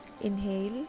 inhale